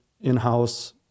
in-house